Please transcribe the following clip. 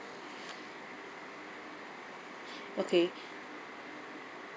okay